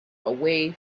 away